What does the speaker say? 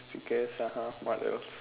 sneakers (uh huh) what else